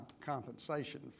compensation